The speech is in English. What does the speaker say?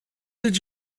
did